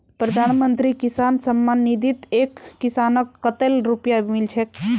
प्रधानमंत्री किसान सम्मान निधित एक किसानक कतेल रुपया मिल छेक